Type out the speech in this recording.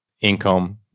income